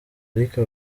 ariko